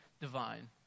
Divine